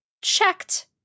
checked